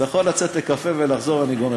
אתה יכול לצאת לקפה ולחזור ואני גומר.